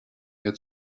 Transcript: had